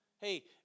Hey